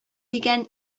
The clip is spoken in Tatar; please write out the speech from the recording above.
дигән